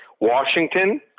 Washington